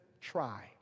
try